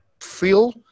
feel